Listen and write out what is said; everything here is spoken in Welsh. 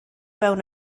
fewn